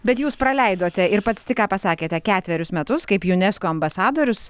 bet jūs praleidote ir pats tik ką pasakėte ketverius metus kaip unesco ambasadorius